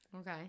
Okay